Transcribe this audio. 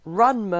run